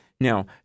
Now